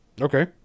Okay